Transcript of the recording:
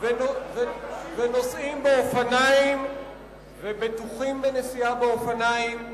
נוסעים באופניים ובטוחים בנסיעה באופניים.